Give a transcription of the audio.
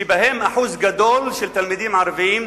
שבהם אחוז גדול של תלמידים ערבים,